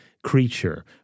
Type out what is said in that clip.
Creature